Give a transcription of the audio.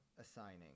assigning